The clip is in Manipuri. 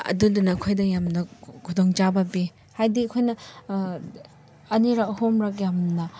ꯑꯗꯨꯗꯨꯅ ꯑꯩꯈꯣꯏꯗ ꯌꯥꯝꯅ ꯈꯨꯗꯣꯡ ꯆꯥꯕ ꯄꯤ ꯍꯥꯏꯕꯗꯤ ꯑꯩꯈꯣꯏꯅ ꯑꯅꯤꯔꯛ ꯑꯍꯨꯝꯔꯛ ꯌꯥꯝꯅ